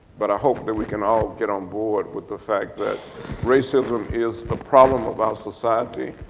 but i hope that we can all get on board with the fact that racism is a problem of our society,